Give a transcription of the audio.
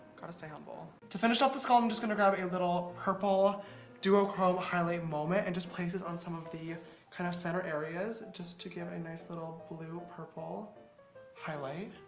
gotta stay humble. to finish off the skull i'm just gonna grab a little purple duochrome highlight moment and just place this on some of the kind of center areas just to give a nice little blue purple highlight.